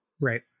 right